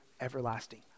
everlasting